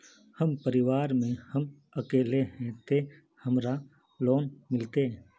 हम परिवार में हम अकेले है ते हमरा लोन मिलते?